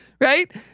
right